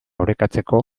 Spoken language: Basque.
orekatzeko